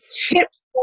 chips